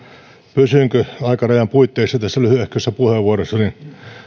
pysynkö aikarajan puitteissa tässä lyhyehkössä puheenvuorossani